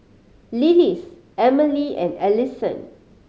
Lillis Amelie and Alisson